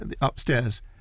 upstairs